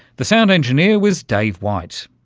the sound engineer was dave white.